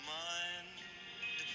mind